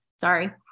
Sorry